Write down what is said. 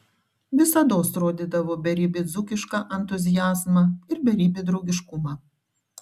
visados rodydavo beribį dzūkišką entuziazmą ir beribį draugiškumą